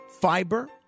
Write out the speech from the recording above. fiber